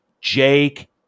Jake